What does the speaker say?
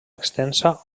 extensa